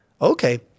okay